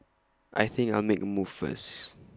I think I'll make A move first